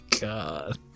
god